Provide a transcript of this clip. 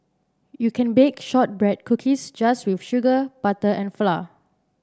you can bake shortbread cookies just with sugar butter and flour